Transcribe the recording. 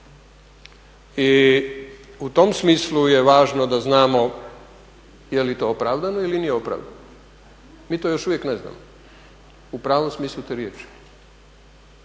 I u tom smislu je važno da znamo je li to opravdano ili nije opravdano, mi to još uvijek ne znamo u pravom smislu te riječi.